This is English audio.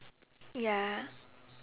ya